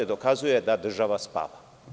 Dokazuje da država spava.